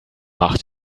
macht